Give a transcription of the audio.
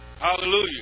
Hallelujah